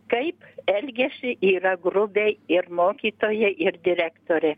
kaip elgiasi yra grubiai ir mokytoja ir direktorė